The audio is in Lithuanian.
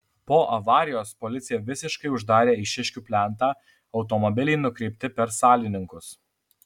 po avarijos policija visiškai uždarė eišiškių plentą automobiliai nukreipti per salininkus